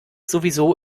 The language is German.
sowieso